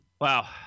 Wow